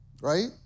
right